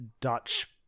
Dutch